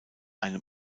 einem